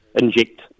inject